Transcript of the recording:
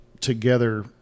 together